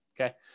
Okay